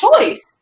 choice